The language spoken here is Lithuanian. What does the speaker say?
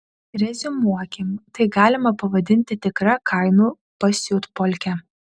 reziumuokim tai galima pavadinti tikra kainų pasiutpolke